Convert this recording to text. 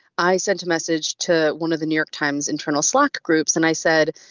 i sent a message to one of the new york times internal slark groups and i said,